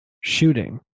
shooting